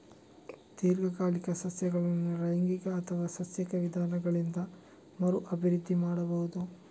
ದೀರ್ಘಕಾಲಿಕ ಸಸ್ಯಗಳನ್ನು ಲೈಂಗಿಕ ಅಥವಾ ಸಸ್ಯಕ ವಿಧಾನಗಳಿಂದ ಮರು ಅಭಿವೃದ್ಧಿ ಮಾಡಬಹುದು